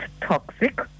toxic